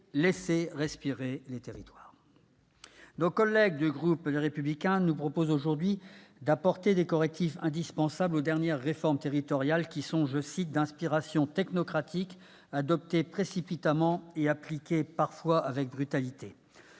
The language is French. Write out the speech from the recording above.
mars 2017, portait le titre. Nos collègues du groupe Les Républicains nous proposent aujourd'hui d'« apporter des correctifs indispensables » aux dernières réformes territoriales, qui sont « d'inspiration technocratique, adoptées précipitamment et appliquées parfois avec brutalité ».